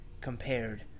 compared